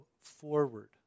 forward